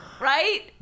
Right